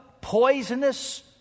poisonous